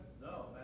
No